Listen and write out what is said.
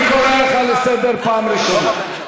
אני אאפשר לך עוד דקה אבל תסיים בדקה.